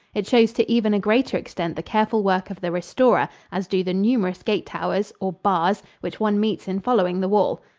it shows to even a greater extent the careful work of the restorer, as do the numerous gate-towers, or bars, which one meets in following the wall.